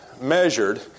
measured